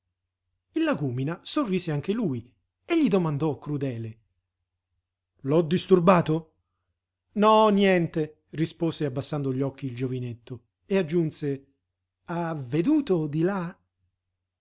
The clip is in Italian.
il lagúmina sorrise anche lui e gli domandò crudele l'ho disturbato no niente rispose abbassando gli occhi il giovinetto e aggiunse ha veduto di là